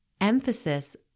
emphasis